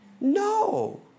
No